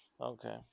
Okay